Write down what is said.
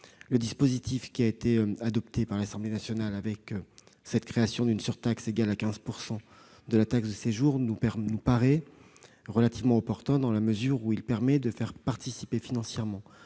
Le dispositif qui a été adopté par l'Assemblée nationale, la création d'une surtaxe égale à 15 % de la taxe de séjour, nous paraît relativement opportun dans la mesure où il permet de faire participer financièrement